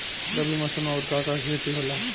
रबी मौसम में आऊर का का के खेती होला?